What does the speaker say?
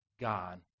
God